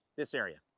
this area,